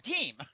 team